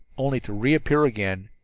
only to reappear again,